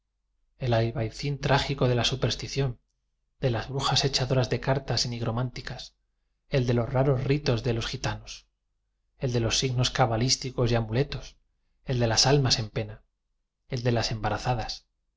el albayzín trágico de la su perstición de las brujas echadoras de car tas y nigrománticas el de los raros ritos de gitanos el de los signos cabalísticos y amuletos el de las almas en pena el de las embarazadas